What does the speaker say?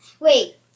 Wait